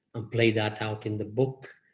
and play that out in the book.